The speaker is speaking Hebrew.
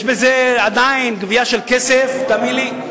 יש בזה עדיין גבייה של כסף, ותאמין לי,